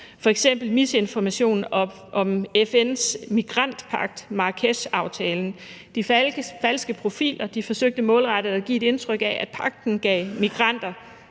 f.eks. desinformation ud om FN's migrantpagt, Marrakeshaftalen. De falske profiler forsøgte målrettet at give et indtryk af, at pagten gav migranter